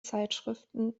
zeitschriften